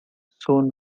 soon